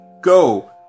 go